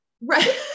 Right